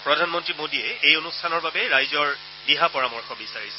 প্ৰধানমন্ত্ৰী মোদীয়ে এই অনুষ্ঠানৰ বাবে ৰাইজৰ দিহা পৰামৰ্শ বিচাৰিছে